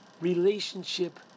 relationship